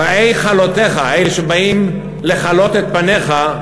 "באי חלותך" אלה שבאים לחלות את פניך,